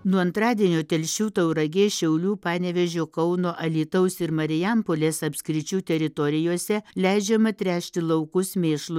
nuo antradienio telšių tauragės šiaulių panevėžio kauno alytaus ir marijampolės apskričių teritorijose leidžiama tręšti laukus mėšlu